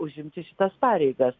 užimti šitas pareigas